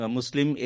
Muslim